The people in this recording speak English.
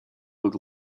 look